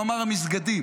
הוא אמר: המסגדים.